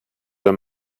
d’un